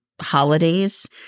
holidays